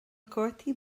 cártaí